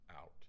out